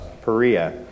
Perea